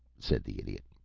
said the idiot.